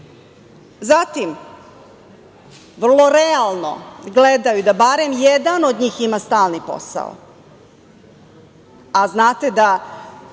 tome. Zatim, vrlo realno gledaju da barem jedan od njih ima stalni posao, a znate da